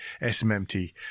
SMMT